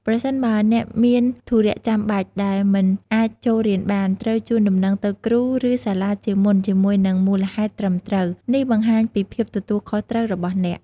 ប្រសិនបើអ្នកមានធុរៈចាំបាច់ដែលមិនអាចចូលរៀនបាន ត្រូវជូនដំណឹងទៅគ្រូ ឬសាលាជាមុនជាមួយនឹងមូលហេតុត្រឹមត្រូវ។ នេះបង្ហាញពីភាពទទួលខុសត្រូវរបស់អ្នក។